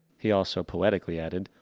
he also poetically added,